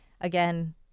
again